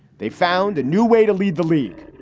they found a new way to lead the league.